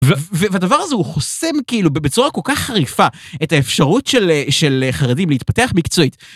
והדבר הזה הוא חוסם כאילו בצורה כל כך חריפה את האפשרות של חרדים להתפתח מקצועית.